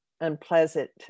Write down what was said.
unpleasant